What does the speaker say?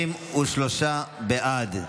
23 בעד,